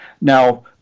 Now